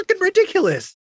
ridiculous